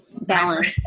balance